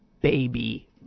baby